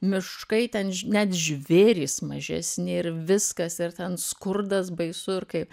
miškai ten net žvėrys mažesni ir viskas ir ten skurdas baisu ir kaip